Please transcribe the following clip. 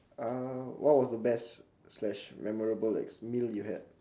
uh what was the best slash memorable meal you had